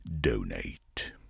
donate